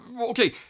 Okay